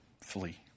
flee